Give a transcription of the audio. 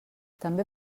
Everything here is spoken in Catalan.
també